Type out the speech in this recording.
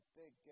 big